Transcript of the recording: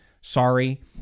Sorry